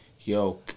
yo